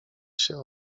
się